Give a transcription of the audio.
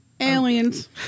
aliens